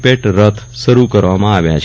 પેટ રથ શરુ કરવામાં આવ્યા છે